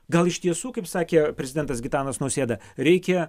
gal iš tiesų kaip sakė prezidentas gitanas nausėda reikia